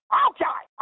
okay